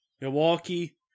Milwaukee